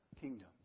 kingdom